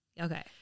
Okay